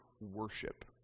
worship